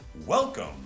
Welcome